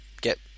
get